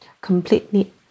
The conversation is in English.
completely